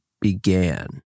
Began